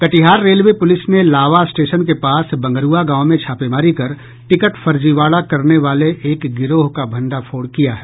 Katihar railway police ने Lava station के पास बंगरुआ गांव में छापेमारी कर टिकट फर्जीवाड़ा करने वाले एक गिरोह का भंडाफोड़ किया है